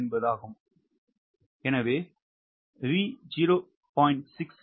எனவே V 0